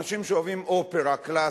אנשים שאוהבים אופרה קלאסית.